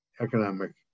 economic